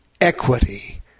equity